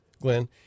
glenn